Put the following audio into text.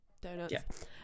donuts